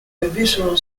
visceral